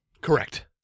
Correct